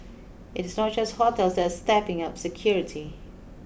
it is not just hotels that stepping up security